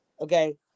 okay